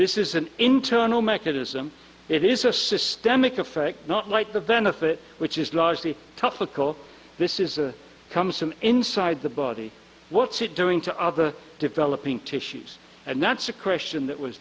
this is an internal mechanism it is a systemic effect not like the benefit which is largely topical this is a comes from inside the body what's it doing to other developing tissues and that's a question that was